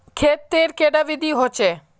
खेत तेर कैडा विधि होचे?